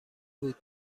بود